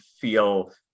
feel